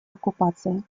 оккупация